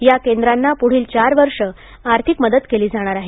या केंद्रांना पुढील चार वर्षे आर्थिक मदत केली जाणार आहे